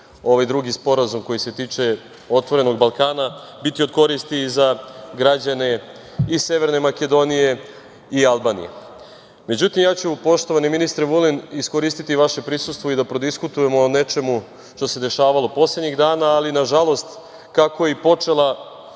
ovaj drugi sporazum koji se tiče „Otvorenog Balkana“ biti od koristi za građane i Severne Makedonije i Albanije.Međutim, ja ću, poštovani ministre Vulin, iskoristiti vaše prisustvo i da prodiskutujemo o nečemu što se dešavalo poslednjih dana, ali nažalost kako je i počela